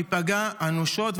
ייפגע אנושות,